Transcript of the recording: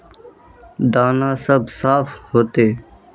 दाना सब साफ होते?